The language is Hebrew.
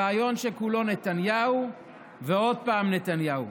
ריאיון שכולו נתניהו ועוד פעם נתניהו.